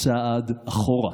צעד אחורה.